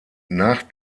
nach